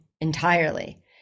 entirely